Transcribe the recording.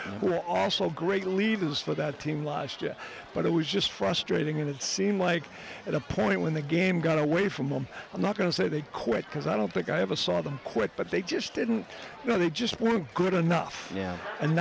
were also great leaves for that team last year but it was just frustrating and it seemed like at a point when the game got away from home i'm not going to say they quit because i don't think i have a saw them quick but they just didn't know they just weren't good enough